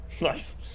Nice